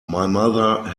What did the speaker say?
mother